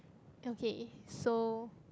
okay so